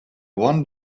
one